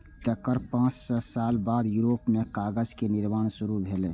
तेकर पांच सय साल बाद यूरोप मे कागज के निर्माण शुरू भेलै